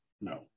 no